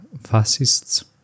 fascists